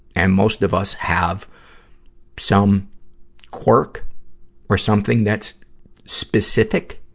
and most of us have some quirk or something that's specific,